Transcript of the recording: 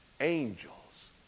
angels